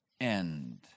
end